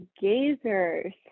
gazers